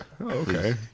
Okay